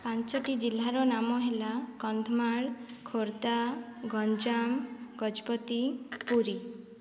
ପାଞ୍ଚଟି ଜିଲ୍ଲାର ନାମ ହେଲା କନ୍ଧମାଳ ଖୋର୍ଦ୍ଧା ଗଞ୍ଜାମ ଗଜପତି ପୁରୀ